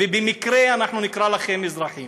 ובמקרה אנחנו נקרא לכם אזרחים.